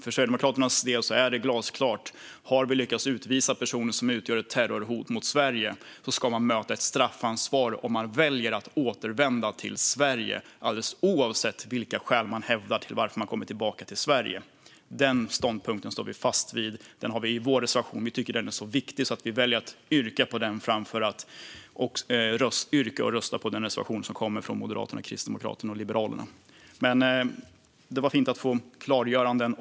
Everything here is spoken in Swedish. För Sverigedemokraternas del är det glasklart. Har vi lyckats utvisa personer som utgör ett terrorhot mot Sverige ska de möta ett straffansvar om de väljer att återvända till Sverige, alldeles oavsett vilka skäl de hävdar att de har för att komma tillbaka till Sverige. Den ståndpunkten står vi fast vid. Den har vi i vår reservation. Vi tycker att den är så viktig att vi väljer att yrka på den framför att yrka och rösta på den reservation som kommer från Moderaterna, Kristdemokraterna och Liberalerna. Men det var fint att få klargöranden.